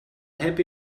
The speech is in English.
happy